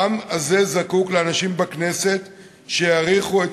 העם הזה זקוק לאנשים בכנסת שיעריכו את